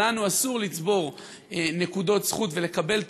לנו אסור לצבור נקודות זכות ולקבל טובות,